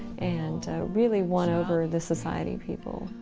and really won over the society people.